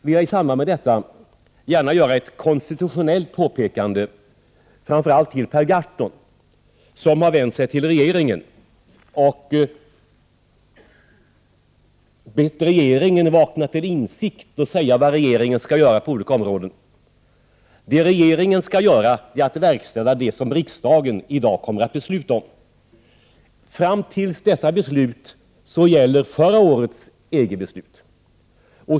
I samband med detta vill jag gärna göra ett konstitutionellt påpekande, framför allt till Per Gahrton, som har vänt sig till regeringen och bett regeringen vakna till insikt och säga vad den tänker göra på olika områden. Det regeringen skall göra är att verkställa det som riksdagen i dag kommer att besluta om. Fram till detta beslut gäller förra årets EG-beslut.